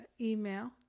email